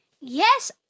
Yes